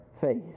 faith